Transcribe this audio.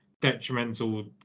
detrimental